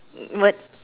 what